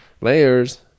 Layers